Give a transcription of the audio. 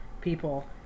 people